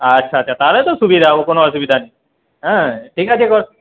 আচ্ছা আচ্ছা তাহলে তো সুবিধা হবে কোনও অসুবিধা নেই হ্যাঁ ঠিক আছে গো